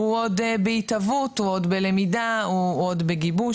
הוא עוד בהתהוות, הוא עוד בלמידה, הוא עוד בגיבוש.